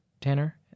Tanner